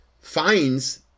finds